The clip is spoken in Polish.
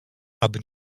aby